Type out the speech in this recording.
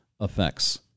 effects